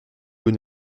vous